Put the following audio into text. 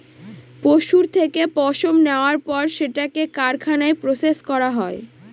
পশুর থেকে পশম নেওয়ার পর সেটাকে কারখানায় প্রসেস করা হয়